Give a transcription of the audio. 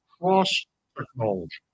cross-technology